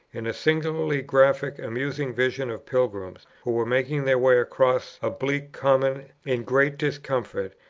in a singularly graphic, amusing vision of pilgrims, who were making their way across a bleak common in great discomfort,